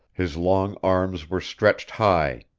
his long arms were stretched high,